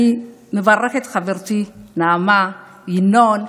אני מברכת את חברתי נעמה, את ינון.